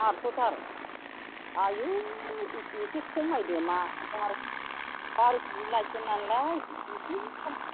आत्स'थार आयु एसे खमायदो मा बार' बार' केजि लायगोन नालाय इसे खम